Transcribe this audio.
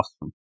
awesome